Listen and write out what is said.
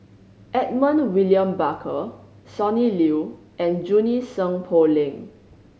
Edmund William Barker Sonny Liew and Junie Sng Poh Leng